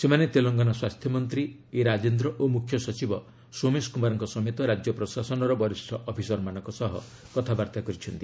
ସେମାନେ ତେଲଙ୍ଗନା ସ୍ୱାସ୍ଥ୍ୟମନ୍ତ୍ରୀ ଇରାଜେନ୍ଦ୍ର ଓ ମୁଖ୍ୟସଚିବ ସୋମେଶ କୁମାରଙ୍କ ସମେତ ରାଜ୍ୟ ପ୍ରଶାସନର ବରିଷ୍ଣ ଅଫିସରମାନଙ୍କ ସହ କଥାବାର୍ତ୍ତା କରିଚ୍ଛନ୍ତି